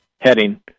heading